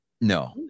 no